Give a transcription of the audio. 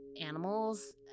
animals